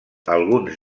alguns